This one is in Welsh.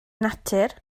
natur